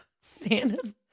Santa's